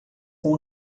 com